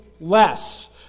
less